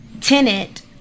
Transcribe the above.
tenant